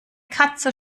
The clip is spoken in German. katze